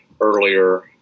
earlier